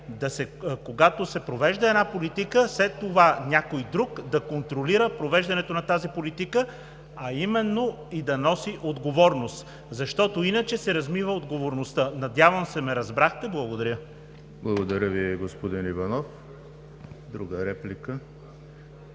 когато се провежда една политика, след това някой друг да контролира провеждането на тази политика, а именно и да носи отговорност. Защото иначе се размива отговорността. Надявам се, че ме разбрахте. Благодаря. ПРЕДСЕДАТЕЛ ЕМИЛ ХРИСТОВ: Благодаря Ви, господин Иванов. Друга реплика?